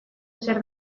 zer